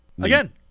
Again